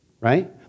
right